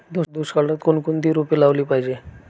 दुष्काळात कोणकोणती रोपे लावली पाहिजे?